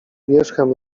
wierzchem